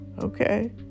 Okay